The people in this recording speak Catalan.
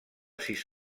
sis